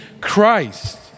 Christ